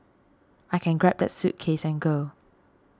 I can grab that suitcase and go